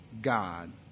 God